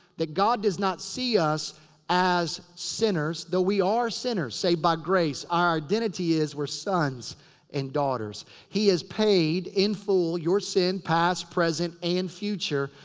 that god does not see us as sinners. though we are sinners saved by grace. our identity is we're sons and daughters. he has paid in full your sin past, present and future.